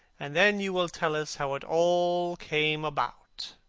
and then you will tell us how it all came about.